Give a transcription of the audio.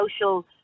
social